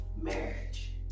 marriage